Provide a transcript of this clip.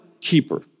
keeper